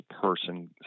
person